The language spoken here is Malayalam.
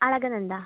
അളകനന്ദ